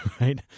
Right